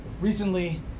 Recently